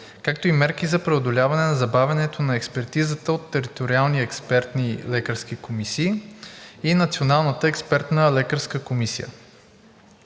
както и мерки за преодоляване на забавянето на експертизата от териториални експертни лекарски комисии и Националната експертна лекарска комисия.